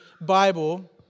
Bible